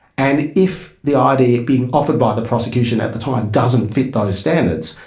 and if the id being offered by the prosecution at the time doesn't fit those standards,